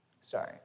Sorry